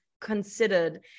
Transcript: considered